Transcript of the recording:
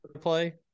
play